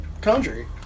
country